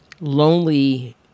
lonely